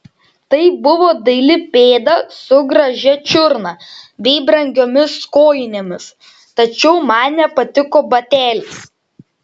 tai buvo daili pėda su gražia čiurna bei brangiomis kojinėmis tačiau man nepatiko batelis